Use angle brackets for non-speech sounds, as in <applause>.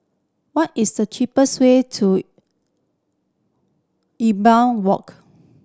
what is the cheapest way <unintelligible> Walk